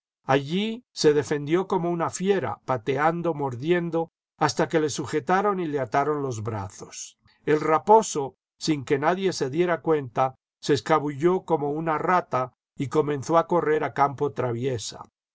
allí se defendió como una ñera pateando mordiendo hasta que le sujetaron y le ataron los brazos el raposo sin que nadie se diera cuenta se escabulló como una rata y comenzó a correr a campo traviesa